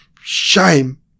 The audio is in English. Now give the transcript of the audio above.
Shame